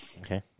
Okay